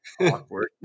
awkward